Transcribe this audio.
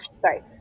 Sorry